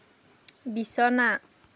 বিছনা